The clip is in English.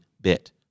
bit